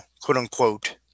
quote-unquote